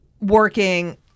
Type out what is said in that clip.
working